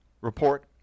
report